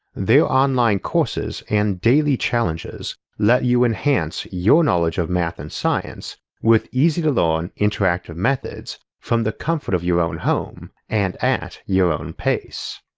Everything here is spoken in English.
their online courses and daily challenges let you enhance your knowledge of math and science with easy to learn interactive methods from the comfort of your own home and at your own pace.